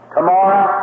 Tomorrow